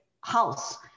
House